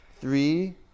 three